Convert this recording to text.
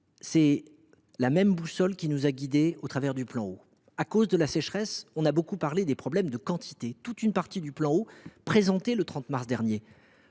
C’est la même boussole qui nous a guidés dans l’élaboration du plan Eau. À cause de la sécheresse, on a beaucoup parlé des problèmes de quantité d’eau, mais toute une partie du plan, présenté le 30 mars dernier,